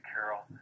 Carol